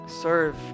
Serve